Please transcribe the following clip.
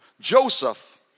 Joseph